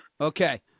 Okay